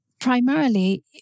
Primarily